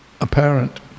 apparent